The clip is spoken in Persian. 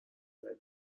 بری